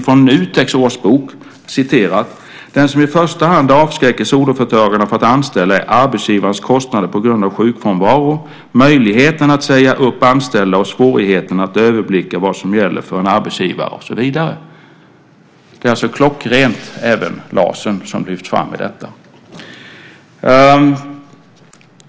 Från Nuteks årsbok citeras: "Det som i första hand avskräcker soloföretagare från att anställa är arbetsgivarens kostnader på grund av sjukfrånvaro, möjligheterna att säga upp anställda och svårigheterna att överblicka vad som gäller för en arbetsgivare." Det är alltså klockrent: LAS lyfts fram i detta.